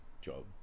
job